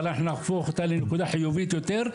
אבל אנחנו נהפוך אותה לנקודה חיובית יותר,